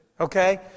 okay